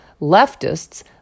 leftists